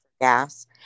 gas